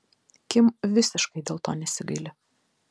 kim visiškai dėl to nesigaili